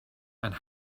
and